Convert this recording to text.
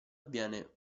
avviene